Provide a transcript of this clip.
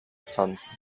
sons